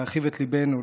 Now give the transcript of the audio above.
להרחיב את ליבנו,